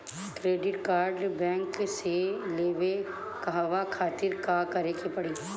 Credit card bank से लेवे कहवा खातिर का करे के पड़ी?